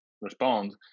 respond